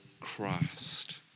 Christ